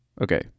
okay